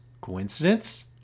coincidence